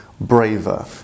braver